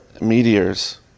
meteors